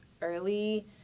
early